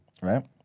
right